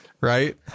right